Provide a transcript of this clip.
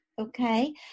okay